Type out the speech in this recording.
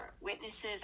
witnesses